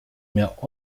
mehr